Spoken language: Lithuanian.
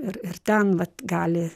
ir ir ten vat gali